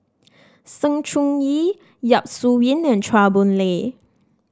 Sng Choon Yee Yap Su Yin and Chua Boon Lay